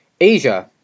Asia